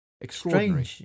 Extraordinary